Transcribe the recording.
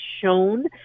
shown